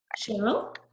Cheryl